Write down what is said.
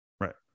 right